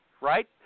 right